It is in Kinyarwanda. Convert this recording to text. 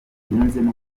yunzemo